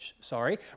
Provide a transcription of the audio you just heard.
sorry